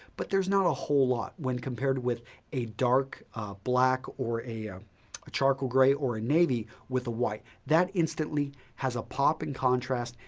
but there's not a whole lot when compared with a dark black or a um a charcoal grey or a navy with a white. that instantly has a popping contrast.